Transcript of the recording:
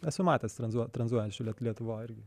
esu matęs tranzuo tranzuojančių lietuvoj irgi